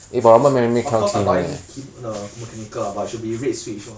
of course of course I buying key~ the mechanical ah but should be red switch lor